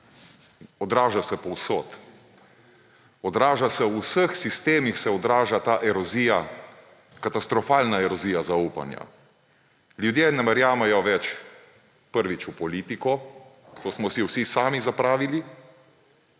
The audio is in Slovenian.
Odraža se povsod. V vseh sistemih se odraža ta erozija, katastrofalna erozija zaupanja. Ljudje ne verjamejo več, prvič, v politiko, to smo si vsi sami zapravili,